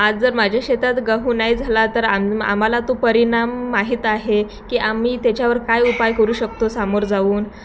आज जर माझ्या शेतात गहू नाही झाला तर आम आम्हाला तो परिणाम माहीत आहे की आम्ही त्याच्यावर काय उपाय करू शकतो समोर जाऊन